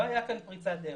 לא הייתה כאן פריצת דרך.